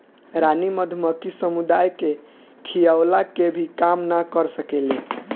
रानी मधुमक्खी समुदाय के खियवला के भी काम ना कर सकेले